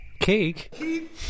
cake